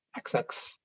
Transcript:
XX